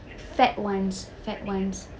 fat ones fat ones